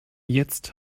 jetzt